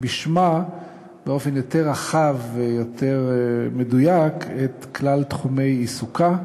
בשמה באופן יותר רחב ויותר מדויק את כלל תחומי עיסוקה.